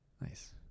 nice